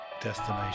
destination